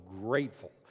grateful